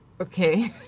Okay